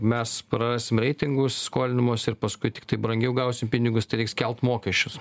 mes prarasim reitingus skolinimosi ir paskui tiktai brangiau gausim pinigus tai reiks kelt mokesčius